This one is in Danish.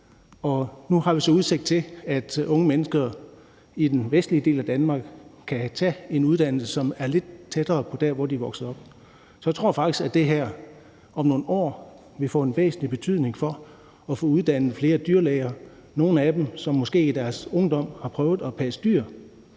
Nu har vi så udsigt til, at unge mennesker i den vestlige del af Danmark kan tage en uddannelse, som er lidt tættere på der, hvor de er vokset op. Så jeg tror faktisk, at det her om nogle år vil få en væsentlig betydning for at få uddannet flere dyrlæger – nogle af dem, som måske i deres ungdom har prøvet at passe dyr